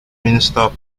minister